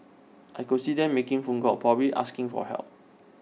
I could see them making phone calls probably asking for help